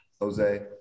Jose